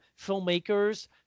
filmmakers